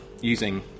using